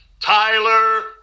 Tyler